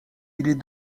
est